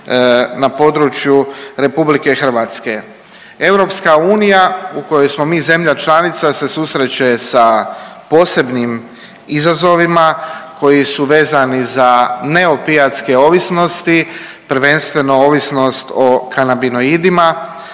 na području Republike Hrvatske. EU u kojoj smo mi zemlja članica se susreće sa posebnim izazovima koji su vezani za neopijatske ovisnosti, prvenstveno ovisnost o kanabinoidima